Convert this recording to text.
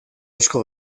asko